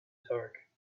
dark